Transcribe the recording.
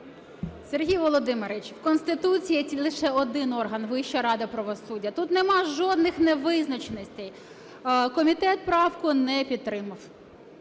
Сергій Володимирович, в Конституції є лише один орган – Вища рада правосуддя. Тут нема жодних невизначеностей, комітет правку не підтримав.